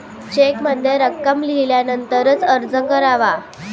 चेकमध्ये रक्कम लिहिल्यानंतरच अर्ज करावा